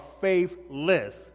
faithless